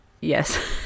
Yes